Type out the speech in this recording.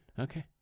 Okay